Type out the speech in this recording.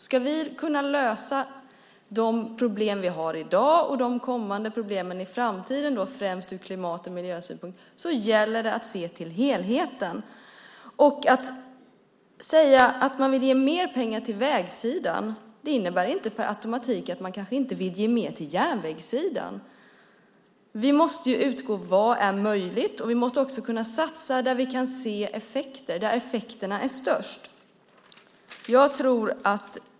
Om vi ska kunna lösa de problem vi har i dag, och även de framtida problemen, särskilt från klimat och miljösynpunkt, gäller det att se till helheten. Att säga att man vill ge mer pengar till vägar innebär inte per automatik att man inte vill ge mer till järnvägar. Vi måste utgå från vad som är möjligt, och vi måste också kunna satsa på sådant som ger störst effekt.